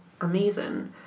amazing